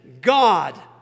God